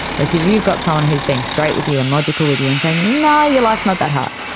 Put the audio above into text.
whereas if you've got someone who is being straight with you and logical with you and saying, no, your life's not that hard.